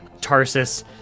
Tarsus